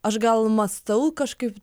aš gal mąstau kažkaip